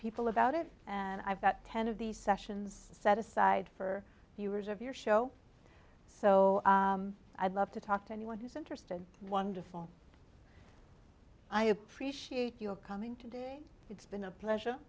people about it and i've got ten of these sessions set aside for viewers of your show so i'd love to talk to anyone who's interested and wonderful i appreciate your coming today it's been a pleasure